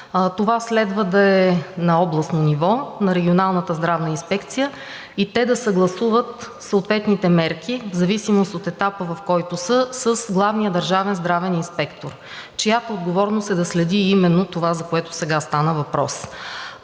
това следва да е на областно ниво, на регионалната здравна инспекция, и те да съгласуват съответните мерки в зависимост от етапа, в който са, с главния държавен здравен инспектор, чиято отговорност е да следи именно това, за което сега стана въпрос.